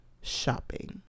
shopping